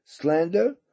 slander